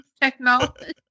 technology